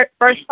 first